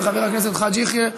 חבר הכנסת חאג' יחיא,